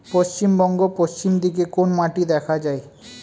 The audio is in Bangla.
পশ্চিমবঙ্গ পশ্চিম দিকে কোন মাটি দেখা যায়?